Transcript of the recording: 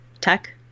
tech